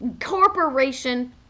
corporation